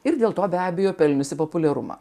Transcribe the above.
ir dėl to be abejo pelniusi populiarumą